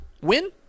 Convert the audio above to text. win